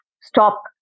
stop